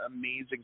amazing